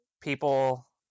people